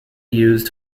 used